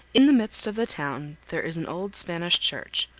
in the midst of the town there is an old spanish church,